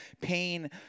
pain